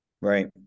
Right